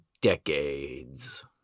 Decades